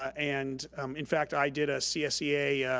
and in fact, i did a csea yeah